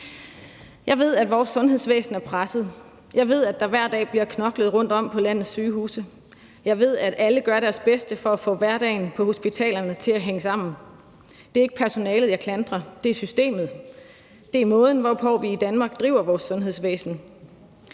Jeg ved, at vores sundhedsvæsen er presset. Jeg ved, at der hver dag bliver knoklet rundtom på landets sygehuse. Jeg ved, at alle gør deres bedste for at få hverdagen på hospitalerne til at hænge sammen. Det er ikke personalet, jeg klandrer; det er systemet. Det er måden, hvorpå vi i Danmark driver vores sundhedsvæsen.